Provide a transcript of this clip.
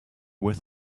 with